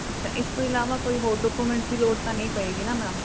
ਅੱਛਾ ਇਸ ਤੋਂ ਇਲਾਵਾ ਕੋਈ ਹੋਰ ਡਾਕੂਮੈਂਟ ਦੀ ਲੋੜ ਤਾਂ ਨਹੀਂ ਪਵੇਗੀ ਨਾ ਮੈਮ